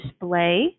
display